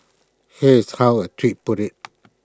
here's how A tweet puts IT